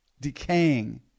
decaying